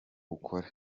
ukore